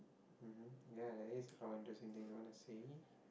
mmhmm ya there is something you want to see